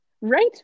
right